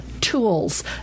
tools